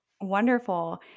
Wonderful